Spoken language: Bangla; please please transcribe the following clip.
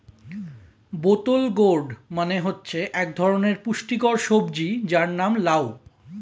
বোতল গোর্ড মানে হচ্ছে এক ধরনের পুষ্টিকর সবজি যার নাম লাউ